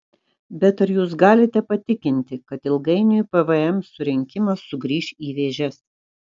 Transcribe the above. bet ar jūs galite patikinti kad ilgainiui pvm surinkimas sugrįš į vėžes